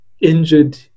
injured